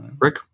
Rick